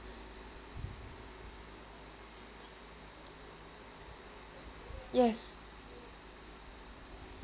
yes